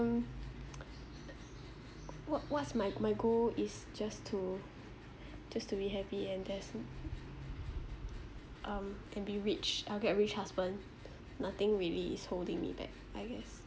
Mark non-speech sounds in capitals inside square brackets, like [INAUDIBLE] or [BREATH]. mm [NOISE] what what's my my goal is just to [BREATH] just to be happy and that's it [NOISE] um can be rich I'll get a rich husband [NOISE] nothing really is holding me back I guess